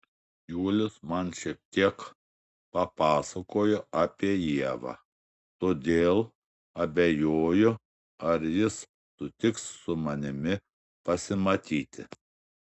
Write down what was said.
julius man šiek tiek papasakojo apie ievą todėl abejoju ar ji sutiks su manimi pasimatyti